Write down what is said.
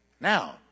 Now